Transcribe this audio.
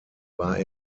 war